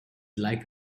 like